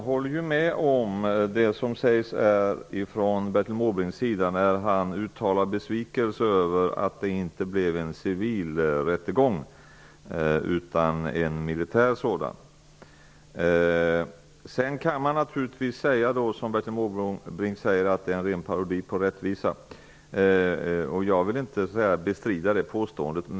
Herr talman! Jag håller med Bertil Måbrink när han uttalar besvikelse över att det inte blev en civil rättegång utan en militär sådan. Man kan naturligtvis säga som Bertil Måbrink, att det här utgör en ren parodi på rättvisa. Jag bestrider inte det påståendet.